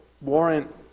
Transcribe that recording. warrant